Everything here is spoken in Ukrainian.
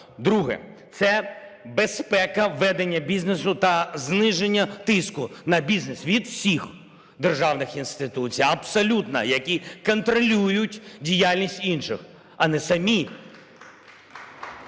Друге. Це безпека ведення бізнесу та зниження тиску на бізнес від всіх державних інституцій, абсолютно, які контролюють діяльність інших, а не самі…